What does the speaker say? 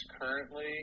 currently